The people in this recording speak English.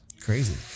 crazy